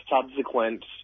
subsequent